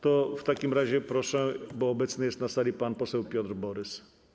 To w takim razie proszę, bo obecny jest na sali pan poseł Piotr Borys.